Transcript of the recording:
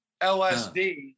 lsd